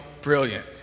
brilliant